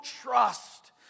trust